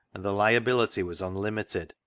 and the liability was unlimited,